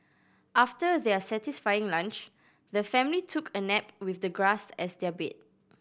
after their satisfying lunch the family took a nap with the grass as their bed